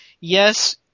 yes